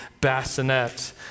bassinet